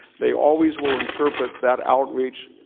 they always will interpret that outreach,